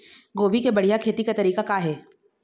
गोभी के बढ़िया खेती के तरीका का हे?